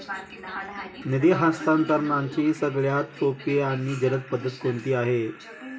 निधी हस्तांतरणाची सगळ्यात सोपी आणि जलद पद्धत कोणती आहे?